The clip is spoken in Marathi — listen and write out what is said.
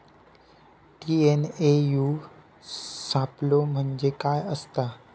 टी.एन.ए.यू सापलो म्हणजे काय असतां?